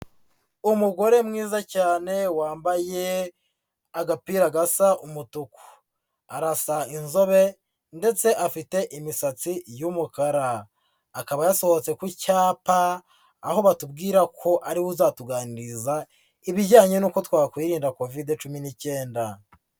Umugore mwiza cyane wambaye agapira gasa umutuku. Arasa inzobe ndetse afite imisatsi y'umukara. Akaba yasohotse ku cyapa, aho batubwira ko ariwe uzatuganiriza ibijyanye n'uko twakwirinda kovide cumi n'icyenda.